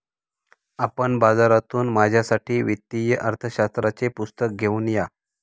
आपण बाजारातून माझ्यासाठी वित्तीय अर्थशास्त्राचे पुस्तक घेऊन या